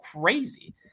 crazy